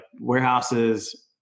warehouses